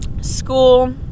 school